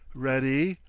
ready.